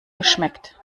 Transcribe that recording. geschmeckt